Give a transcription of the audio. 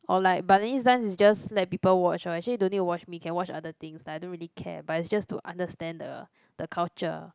or like Balinese dance is just let people watch lor actually don't need to watch me can watch other things like I don't really care but is just to understand the the culture